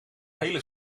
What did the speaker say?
hele